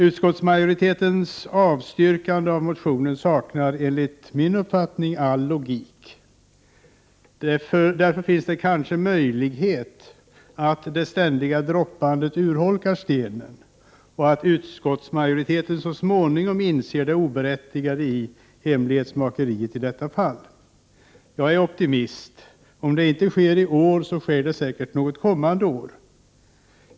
Utskottsmajoritetens avstyrkan av motionen saknar enligt min uppfattning all logik. Det finns därför kanske en möjlighet att det ständiga droppandet urholkar stenen och att utskottsmajoriteten så småningom inser det oberättigade i hemlighetsmakeriet i detta fall. Jag är optimist. Sker det inte i år, så sker det säkert något kommande år.